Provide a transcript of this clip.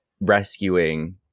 rescuing